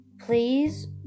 please